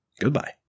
goodbye